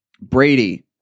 Brady